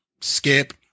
skip